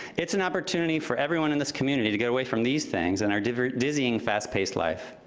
it's an opportunity for everyone in this community to get away from these things and our dizzying, fast-paced life.